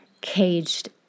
caged